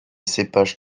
cépages